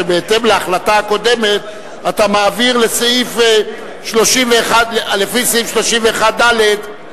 שבהתאם להחלטה הקודמת אתה מעביר לפי סעיף 31(ד)